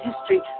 history